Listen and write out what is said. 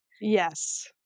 Yes